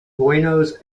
buenos